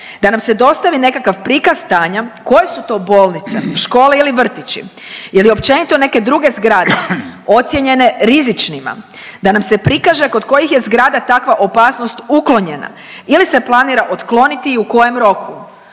da nam se dostavi nekakav prikaz stanja koje su to bolnice, škole ili vrtići ili općenito neke druge zgrade ocijenjene rizičnima, da nam se prikaže kod kojih je zgrada takva opasnost uklonjena ili se planira otkloniti i u kojem roku.